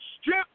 strip